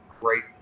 great